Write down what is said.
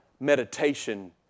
Meditation